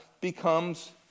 becomes